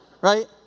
Right